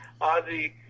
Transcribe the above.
Ozzy